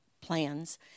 plans—